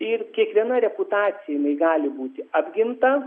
ir kiekviena reputacija jinai gali būti apginta